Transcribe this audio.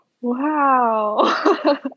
wow